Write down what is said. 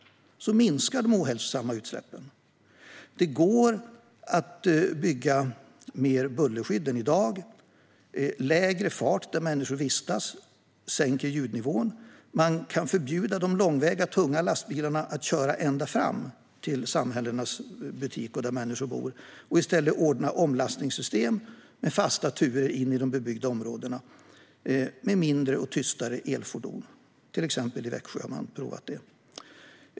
Då minskar de ohälsosamma utsläppen. Det går att bygga fler bullerskydd än i dag. Lägre fart där människor vistas sänker ljudnivån. Man kan förbjuda de långväga tunga lastbilarna att köra ända fram till samhällenas butiker och där människor bor och i stället ordna omlastningssystem med fasta turer in i de bebyggda områdena med mindre och tystare elfordon. Det har man prövat exempelvis i Växjö.